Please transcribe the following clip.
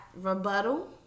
rebuttal